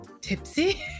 tipsy